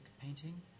painting